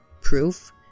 proof